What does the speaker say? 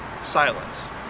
silence